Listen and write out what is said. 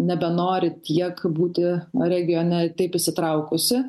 nebenori tiek būti regione taip įsitraukusi